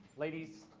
ladies,